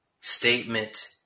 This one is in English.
statement